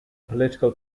political